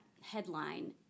headline